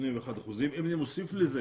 אם אני מוסיף לזה,